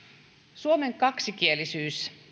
suomen kaksikielisyys